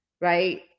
Right